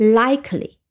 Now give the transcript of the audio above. likely